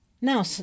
Now